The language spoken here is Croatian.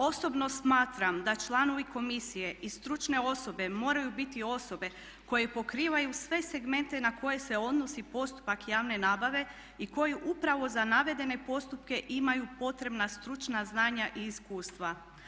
Osobno smatram da članovi komisije i stručne osobe moraju biti osobe koje pokrivaju sve segmente na koje se odnosi postupak javne nabave i koje upravo za navedene postupke imaju potrebna stručna znanja i iskustva.